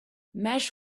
mesh